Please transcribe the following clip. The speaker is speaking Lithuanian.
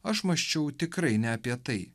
aš mąsčiau tikrai ne apie tai